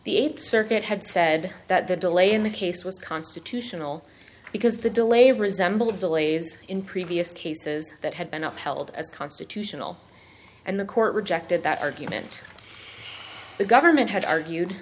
eighth circuit had said that the delay in the case was constitutional because the delay resembled delays in previous cases that had been upheld as constitutional and the court rejected that argument the government had argued